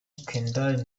kendall